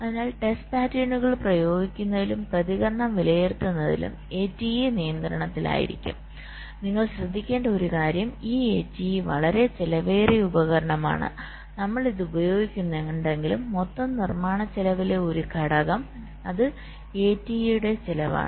അതിനാൽ ടെസ്റ്റ് പാറ്റേണുകൾ പ്രയോഗിക്കുന്നതിലും പ്രതികരണം വിലയിരുത്തുന്നതിലും ATE നിയന്ത്രണത്തിലായിരിക്കും നിങ്ങൾ ശ്രദ്ധിക്കേണ്ട ഒരു കാര്യം ഈ ATE വളരെ ചെലവേറിയ ഉപകരണമാണ് നമ്മൾ ഇത് ഉപയോഗിക്കുന്നുണ്ടെങ്കിലും മൊത്തം നിർമ്മാണച്ചെലവിലെ ഒരു ഘടകം അത് ATEയുടെ ചെലവാണ്